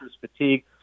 fatigue